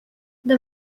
the